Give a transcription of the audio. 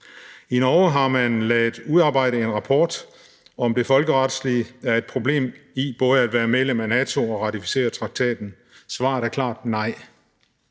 I Norge har man ladet udarbejde en rapport om, hvorvidt der folkeretsligt er et problem i både at være medlem af NATO og ratificere traktaten. Svaret er klart nej,